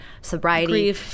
sobriety